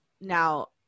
now